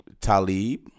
Talib